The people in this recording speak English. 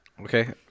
Okay